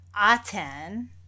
Aten